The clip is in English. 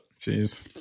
Jeez